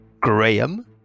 Graham